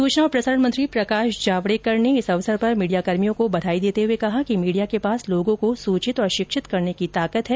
सूचना और प्रसारण मंत्री प्रकाश जावड़ेकर ने इस अवसर पर मीडियाकर्मियों को बधाई देते हुए कहा कि मीडिया के पास लोगों को सूचित और शिक्षित करने की ताकत है